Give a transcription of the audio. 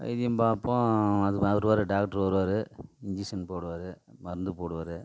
வைத்தியம் பார்ப்போம் அவரு வரை டாக்டரு வருவாரு இன்ஜக்ஸன் போடுவாரு மருந்து போடுவாரு